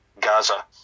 Gaza